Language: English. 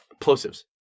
Plosives